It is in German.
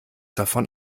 davon